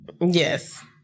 yes